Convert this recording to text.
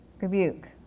rebuke